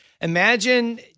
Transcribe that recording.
imagine